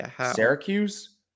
Syracuse